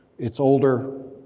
it's older,